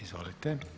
Izvolite.